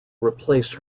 replaced